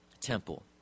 temple